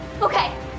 Okay